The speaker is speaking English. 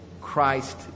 Christ